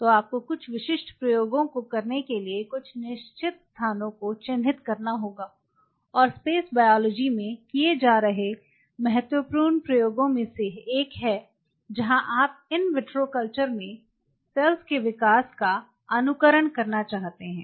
तो आपको कुछ विशिष्ट प्रयोगों को करने के लिए कुछ निश्चित स्थानों को चिन्हित करना होगा और स्पेस बायोलॉजी में किए जा रहे महत्वपूर्ण प्रयोगों में से एक है जहां आप इन विट्रो कल्चर में सेल्स के विकास का अनुकरण करना चाहते हैं